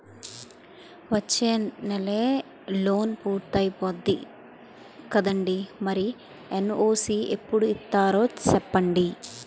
వచ్చేనెలే లోన్ పూర్తయిపోద్ది కదండీ మరి ఎన్.ఓ.సి ఎప్పుడు ఇత్తారో సెప్పండి